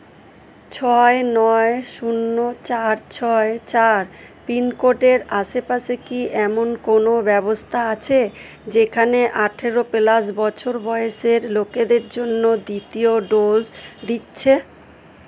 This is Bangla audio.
ছয় নয় শূন্য চার ছয় চার পিনকোডের আশেপাশে কি এমন কোনো ব্যবস্থা আছে যেখানে আঠেরো প্লাস বছর বয়সের লোকেদের জন্য দ্বিতীয় ডোজ দিচ্ছে